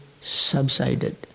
subsided